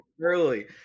early